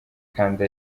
kandi